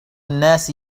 الناس